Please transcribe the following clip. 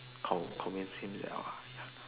convince him liao uh ya